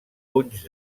punys